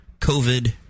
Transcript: COVID